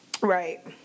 Right